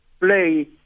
play